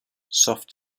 soft